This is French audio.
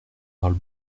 parle